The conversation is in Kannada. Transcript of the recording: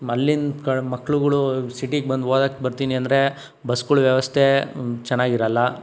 ಮಲ್ಲಿನ್ ಕ್ ಮಕ್ಕಳುಗಳು ಸಿಟಿಗೆ ಬಂದು ಓದಕ್ಕೆ ಬರ್ತೀನಿ ಅಂದರೆ ಬಸ್ಗಳ ವ್ಯವಸ್ಥೆ ಚೆನ್ನಾಗಿರಲ್ಲ